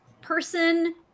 person